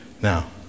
Now